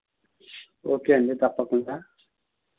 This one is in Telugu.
ఓకే అండి తప్పకుండా